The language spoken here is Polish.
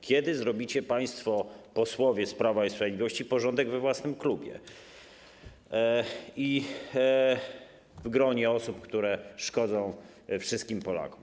Kiedy zrobicie państwo posłowie z Prawa i Sprawiedliwości porządek we własnym klubie i w gronie osób, które szkodzą wszystkim Polakom?